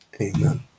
amen